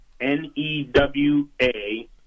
newa